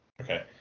Okay